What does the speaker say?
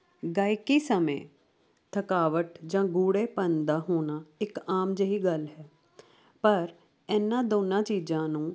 ਗਾਇਕੀ ਸਮੇਂ ਥਕਾਵਟ ਜਾਂ ਗੂੜ੍ਹੇਪਨ ਦਾ ਹੋਣਾ ਇੱਕ ਆਮ ਜਿਹੀ ਗੱਲ ਹੈ ਪਰ ਇਹਨਾਂ ਦੋਨਾਂ ਚੀਜ਼ਾਂ ਨੂੰ